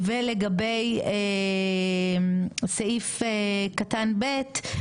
ולגבי סעיף קטן (ב)